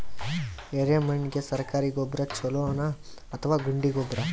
ಎರೆಮಣ್ ಗೆ ಸರ್ಕಾರಿ ಗೊಬ್ಬರ ಛೂಲೊ ನಾ ಅಥವಾ ಗುಂಡಿ ಗೊಬ್ಬರ?